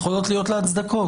יכולות להיות לה הצדקות.